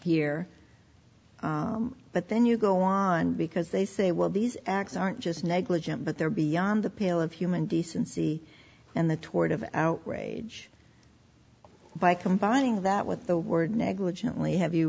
here but then you go on because they say well these acts aren't just negligent but they're beyond the pale of human decency and the toward of outrage by combining that with the word negligently have you